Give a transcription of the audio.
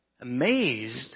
amazed